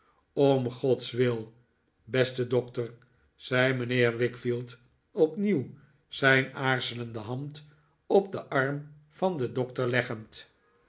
om gods wil beste doctor zei mijnheer wickfield opnieuw zijn aarzelende hand op den arm van den doctor leggend